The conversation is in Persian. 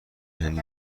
هندی